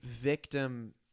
victim